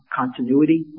continuity